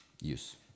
use